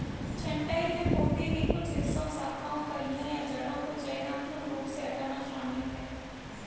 छंटाई में पौधे के कुछ हिस्सों शाखाओं कलियों या जड़ों को चयनात्मक रूप से हटाना शामिल है